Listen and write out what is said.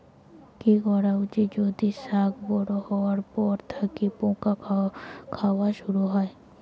কি করা উচিৎ যদি শাক বড়ো হবার পর থাকি পোকা খাওয়া শুরু হয়?